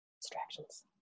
distractions